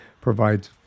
provides